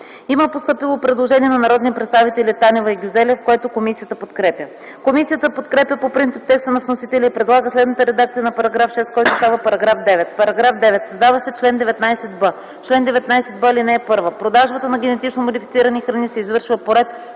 Има постъпило предложение от народните представители Танева и Гюзелев, което комисията подкрепя. Комисията подкрепя по принцип текста на вносителя и предлага следната редакция на § 6, който става § 9: „§ 9. Създава се чл. 19б: „Чл. 19б. (1) Продажбата на генетично модифицирани храни се извършва по ред,